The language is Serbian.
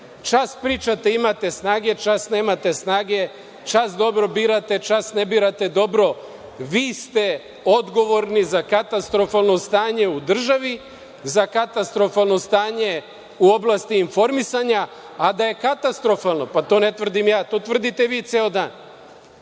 čas pričate da imate snage, čas nemate snage, čas dobro birate, čas ne birate dobro. Vi ste odgovorni za katastrofalno stanje u državi, za katastrofalno stanje u oblasti informisanja, a da je katastrofalno, pa to ne tvrdim ja, to tvrdite vi ceo dan.